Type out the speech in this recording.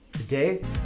Today